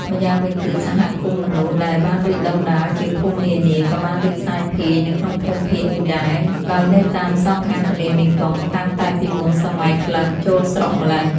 ម្យ៉ាងវិញទៀត សហគមន៍មនុស្សដែលបានរីកដុះដាលជាភូមិនានា ក៏បានរីកសាយភាយនៅក្នុងភូមិភាគនេះដែរ ដោយនៅតាមសងខាងទន្លេមេគង្គ តាំងតែពីមុនសម័យក្លិង្គចូលស្រុកម្ល៉េះ។